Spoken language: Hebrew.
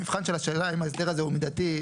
המבחן של השאלה אם ההסדר הזה הוא מידתי,